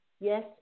Yes